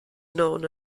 known